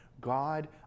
God